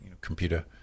computer